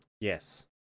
yes